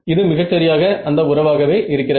இது மிகச் சரியாக அந்த உறவாகவே இருக்கிறது